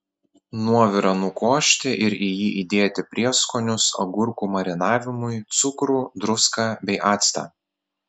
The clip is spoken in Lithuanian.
nuovirą nukošti ir į jį įdėti prieskonius agurkų marinavimui cukrų druską bei actą